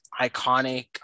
iconic